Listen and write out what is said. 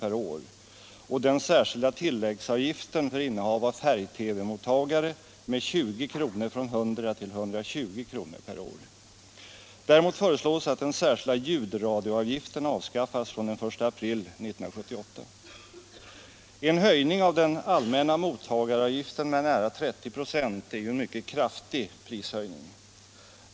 per år, och den särskilda tillläggsavgiften för innehav av färg-TV-mottagare med 20 kr., från 100 till 120 kr. per år. Däremot föreslås att den särskilda ljudradioavgiften avskaffas från den 1 april 1978. En höjning av den allmänna mottagaravgiften med nära 30 96 är ju en mycket kraftig prishöjning.